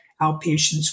outpatients